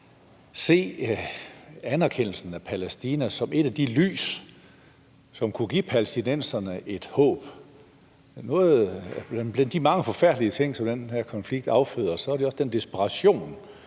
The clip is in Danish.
se anerkendelsen af Palæstina som et af de lys, som kunne give palæstinenserne et håb? Blandt de mange forfærdelige ting, som den her konflikt afføder, er der den desperation,